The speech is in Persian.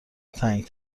تنگ